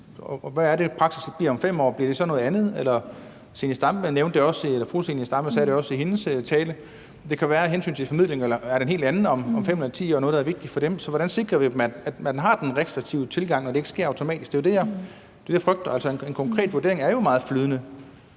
hvad bliver praksis om 5 år? Bliver det så noget andet? Fru Zenia Stampe sagde det også i sin tale. Det kan være, at hensynet til formidling er et helt andet om 5 år eller 10 år, hvor noget andet ville være vigtigt for dem. Så hvordan sikrer vi, at man har den restriktive tilgang, når det ikke sker automatisk? Det er jo det, jeg frygter at vi ikke gør. Altså, en konkret vurdering er jo meget flydende,